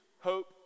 hope